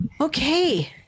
Okay